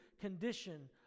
condition